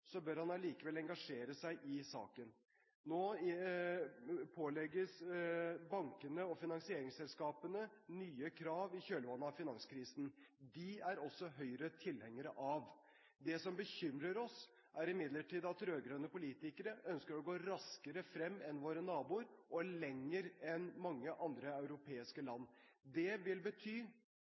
bør han allikevel engasjere seg i saken. Nå pålegges bankene og finansieringsselskapene nye krav i kjølvannet av finanskrisen. De er også Høyre tilhenger av. Det som bekymrer oss, er imidlertid at rød-grønne politikere ønsker å gå raskere frem enn våre naboer og lenger enn mange andre europeiske land. Det vil bety